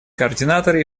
координаторы